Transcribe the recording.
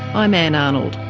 i'm ann arnold